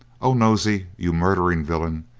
oh, nosey, you murdering villain,